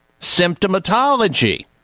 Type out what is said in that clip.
symptomatology